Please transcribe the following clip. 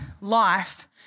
life